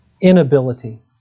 inability